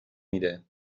میده